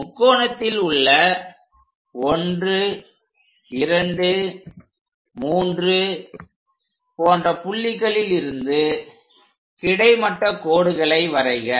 முக்கோணத்தில் உள்ள 123 போன்ற புள்ளிகளில் இருந்து கிடைமட்ட கோடுகளை வரைக